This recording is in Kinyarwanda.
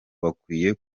bakwiye